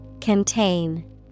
Contain